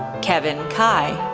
kevin cai,